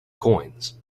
coins